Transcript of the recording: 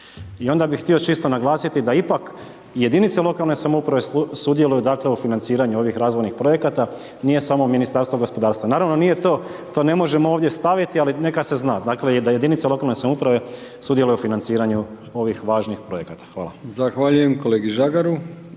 I onda bi htio čisto naglasiti da ipak jedinice lokalne samouprave sudjeluju u financiranju ovih razvojnih projekata, nije samo Ministarstvo gospodarstva. Naravno nije to, to ne možemo ovdje staviti ali neka se zna da jedinice lokalne samouprave sudjeluju u financiranju ovih važnih projekata. **Brkić, Milijan (HDZ)** Zahvaljujem kolegi Žagaru.